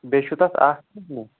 بیٚیہِ چھُو تَتھ اَکھ چیٖز نہ